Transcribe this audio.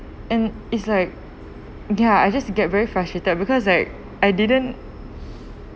and it's like ya I just get very frustrated because like I didn't